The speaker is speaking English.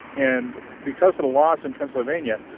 and because the laws in pennsylvania,